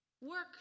Work